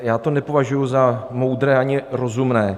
Já to nepovažuji za moudré ani rozumné.